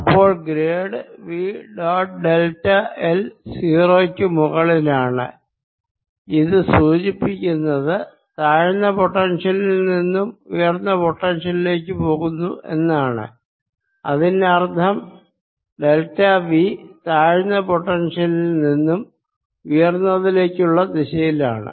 അപ്പോൾ grad V dot delta l 0 ക്കു മുകളിലാണ് ഇത് സൂചിപ്പിക്കുന്നത് താഴ്ന്ന പൊട്ടൻഷ്യലിൽ നിന്നും ഉയർന്ന പൊട്ടൻഷ്യലിലേക്ക് പോകുന്നു എന്നാണ് അതിനർത്ഥം ഡെൽറ്റ V തഴ്ന്ന പൊട്ടൻഷ്യലിൽ നിന്നും ഉയർന്നതിലേക്കുള്ള ദിശയിലാണ്